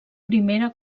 primera